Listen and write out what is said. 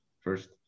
first